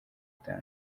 itanu